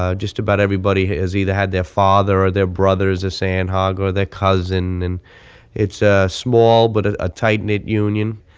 ah just about everybody has either had their father or their brother as a sandhog, or their cousin, and it's a small but ah a tight-knit union.